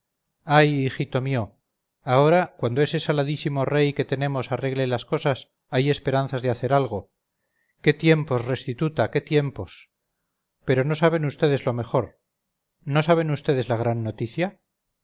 ay hijito mío ahora cuando ese saladísimo rey que tenemos arregle las cosas hay esperanzas de hacer algo qué tiempos restituta qué tiempos pero no saben vds lo mejor no saben vds la gran noticia